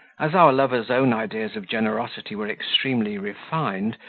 as our lover's own ideas of generosity were extremely refined,